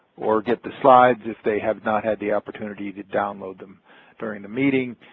or get the slides if they have not had the opportunity to download them during the meeting.